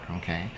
okay